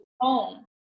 home